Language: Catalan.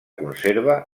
conserva